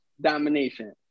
domination